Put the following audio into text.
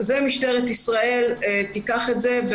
משטרת ישראל תיקח את זה על עצמה.